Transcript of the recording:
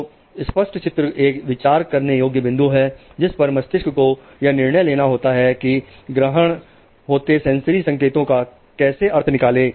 तो स्पष्ट चित्र एक विचार करने योग्य बिंदु है जिस पर मस्तिष्क को यह निर्णय लेना होता है कि ग्रहण होते सेंसरी संकेतों का कैसे अर्थ निकालें